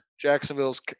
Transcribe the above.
Jacksonville's –